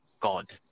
God